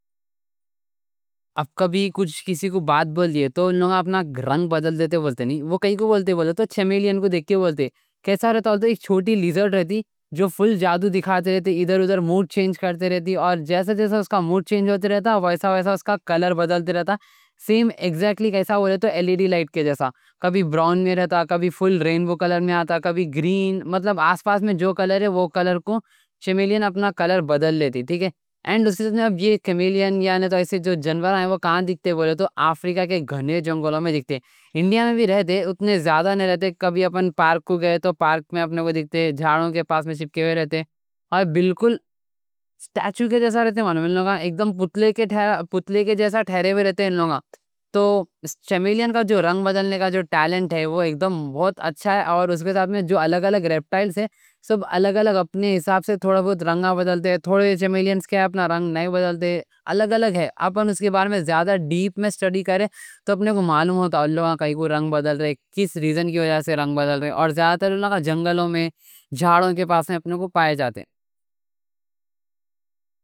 اب کبھی کچھ کسی کو بات بول دیے تو انہوں نے اپنا رنگ بدل دیتے بولتے نہیں، وہ کائیں کوں بولتے بولتے تو چیمیلین کو دیکھ کے بولتے کیسا رہتا ہوتا ہے۔ ایک چھوٹی لیزرڈ رہتی جو فل جادو دکھاتے رہتی، ادھر ادھر موڈ چینج کرتے رہتی، اور جیسے جیسا اس کا موڈ چینج ہوتے رہتا ویسا ویسا اس کا کلر بدلتے رہتا۔ سیم ایکزیکٹلی کیسا بولے تو ایل ای ڈی لائٹ کے جیسا، کبھی براؤن میں رہتا، کبھی فل رینبو کلر میں آتا، کبھی گرین۔ مطلب آس پاس میں جو کلر ہے وہ کلر کو چیمیلین اپنا کلر بدل لیتی، ٹھیک ہے۔ اور اس کے ساتھ میں یہ چیمیلین یعنی جو جنور آئے ہیں وہ کہاں دکھتے بولے تو آفریقہ کے گھنے جنگلوں میں دکھتے ہیں۔ انڈیا میں بھی رہتے، اتنے زیادہ نہیں رہتے۔ کبھی اپن پارک کو گئے تو پارک میں اپنے کو دکھتے، جھاڑوں کے پاس میں چپکے وے رہتے۔ اور بالکل سٹیچو کے جیسا ٹھہرے وے رہتے ہیں۔ ان لوگا تو چیمیلین کا جو رنگ بدلنے کا ٹیلنٹ ہے، وہ ایک دم بہت اچھا ہے۔ اور اس کے ساتھ میں جو الگ الگ ریپٹائلز ہیں، سب الگ الگ اپنے حساب سے تھوڑا بہت رنگا بدلتے۔ تھوڑے چیمیلین کے اپنا رنگ نہیں بدلتے، الگ الگ ہے۔ اپن اس کے بارے میں زیادہ ڈیپ میں سٹڈی کریں تو اپنے کو معلوم ہوتا ان لوگا کیسا رنگ بدلتے، کس ریزن کی وجہ سے رنگ بدلتے۔ اور زیادہ تر ان لوگا جنگلوں میں جھاڑوں کے پاس میں اپنے کو پائے جاتے ہیں۔